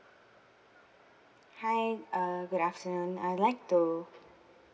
hi uh good afternoon I'd like to